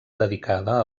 dedicada